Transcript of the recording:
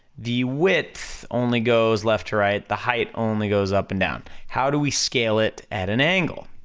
the width only goes left to right, the height only goes up and down. how do we scale it at an angle?